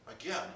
Again